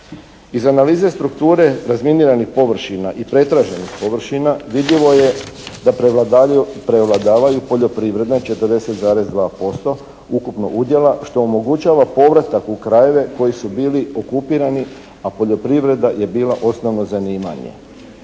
Iz analize strukture razminiranih površina i pretraženih površina vidljivo je da prevladavaju poljoprivredne 40,2% ukupnog udjela što omogućava povratak u krajeve koji su bili okupirani, a poljoprivreda je bila osnovno zanimanje.